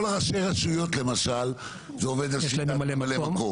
כל ראשי הרשויות למשל זה עובד בשיטת ממלא מקום.